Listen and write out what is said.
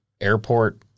airport